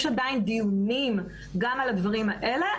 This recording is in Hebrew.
יש עדיין דיונים גם על הדברים האלה,